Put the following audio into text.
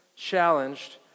challenged